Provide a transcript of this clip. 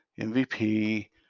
MVP